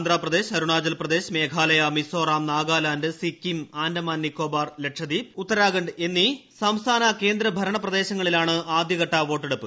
ആന്ധ്രപ്രദേശ് അരുണാചൽ പ്രദേശ് മേഘാലയ മിസോറാം നാഗാലാന്റ് സിക്കിം ആന്റമാൻ നിക്കോബാർ ലക്ഷദ്വീപ് തെലങ്കാന ഉത്തരാഖണ്ഡ് എന്നീ സംസ്ഥാന കേന്ദ്രഭരണ പ്രദേശങ്ങളിലാണ് ആദ്യഘട്ട വോട്ടെടുപ്പ്